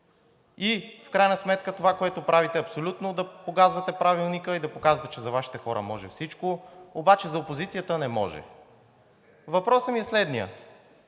И в крайна сметка това, което правите, е абсолютно да погазвате Правилника и да показвате, че за Вашите хора може всичко, обаче за опозицията не може. Въпросът ми е следният: